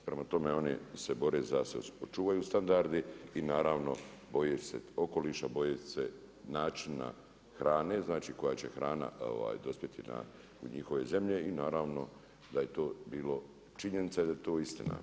Prema tome oni se bore za da se očuvaju standardi i naravno boje se okoliša, boje se načina hrane, koja će hrana dospjeti na njihove zemlje i naravno da je to bilo činjenica i da je to istina.